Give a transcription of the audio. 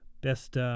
Best